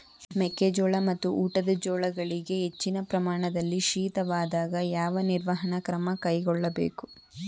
ಮೆಕ್ಕೆ ಜೋಳ ಮತ್ತು ಊಟದ ಜೋಳಗಳಿಗೆ ಹೆಚ್ಚಿನ ಪ್ರಮಾಣದಲ್ಲಿ ಶೀತವಾದಾಗ, ಯಾವ ನಿರ್ವಹಣಾ ಕ್ರಮ ಕೈಗೊಳ್ಳಬೇಕು?